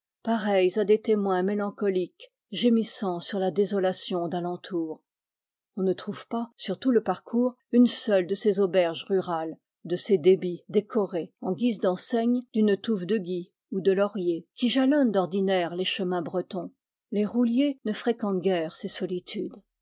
pareils à des témoins mélancoliques gémissant sur la désolation d'alentour on ne trouve pas sur tout le parcours une seule de ces auberges rurales de ces débits décorés en guise d'enseigne d'une touffe de gui ou de laurier qui jalonnent d'ordinaire les chemins bretons les rouliers ne fréquentent guère ces solitudes